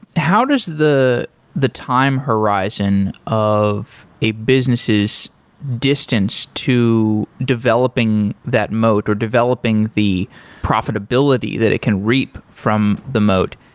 how does the the time horizon of a business's distance to developing that mote or developing the profitability that it can reap from the mote?